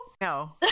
No